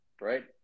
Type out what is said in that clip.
right